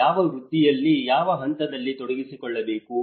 ಯಾವ ವೃತ್ತಿಯಲ್ಲಿ ಯಾವ ಹಂತದಲ್ಲಿ ತೊಡಗಿಸಿಕೊಳ್ಳಬೇಕು